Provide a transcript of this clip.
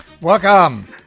Welcome